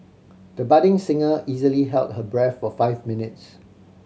the budding singer easily held her breath for five minutes